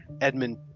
Edmund